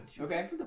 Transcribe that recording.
Okay